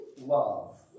love